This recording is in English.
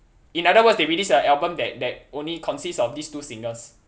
in other words they the release album that that only consist of these two singers